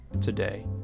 today